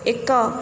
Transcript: ଏକ